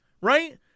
right